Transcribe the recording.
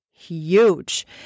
Huge